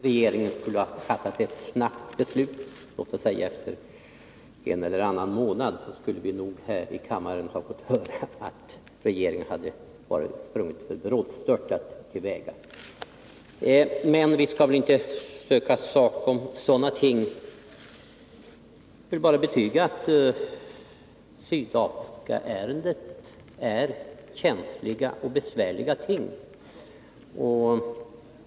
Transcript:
Herr talman! Jag är övertygad om att om regeringen skulle ha fattat ett snabbt beslut, låt oss säga efter en eller annan månad, så skulle vi nog här i kammaren fått höra att regeringen hade gått för brådstörtat till väga. Men vi skall väl inte söka sak om sådana ting. Jag vill sedan betyga att Sydafrikaärendet handlar om känsliga och besvärliga ting.